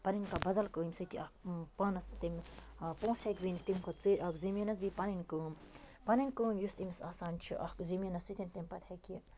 پَنٕنۍ کانٛہہ بَدل کٲم ییٚمہِ سۭتۍ یہِ اکھ پانَس تِم پونٛسہٕ ہیٚکہِ زیٖنِتھ تَمہِ کھۄتہٕ ژٔرۍ اَکھ زٔمیٖنَس بیٚیہِ پَنٕنۍ کٲم پَنٕنۍ کٲم یُس أمِس آسان چھِ اکھ زٔمیٖنَس سۭتۍ تَمہِ پَتہٕ ہٮ۪کہِ یہِ